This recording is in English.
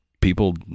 people